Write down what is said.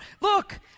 Look